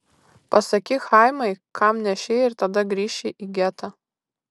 pasakyk chaimai kam nešei ir tada grįši į getą